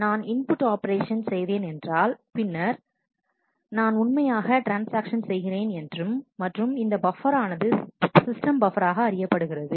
நான் இன்புட் ஆபரேஷனை செய்தேன் என்றால் பின்னர் நான் உண்மையாகவே ட்ரான்ஸ்ஆக்ஷன் செய்கிறேன் மற்றும் இந்த பப்பர் ஆனது சிஸ்டம் பப்பர் ஆக அறியப்படுகிறது